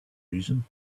reason